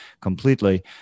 completely